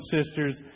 sisters